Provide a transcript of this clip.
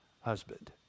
husband